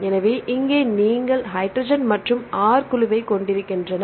எனவே இங்கே நீங்கள் ஹைட்ரஜன் மற்றும் R குழுவைக் கொண்டிருக்கின்றன